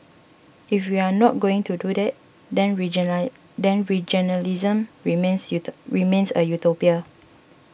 if we are not going to do that then region line then regionalism remains remains a utopia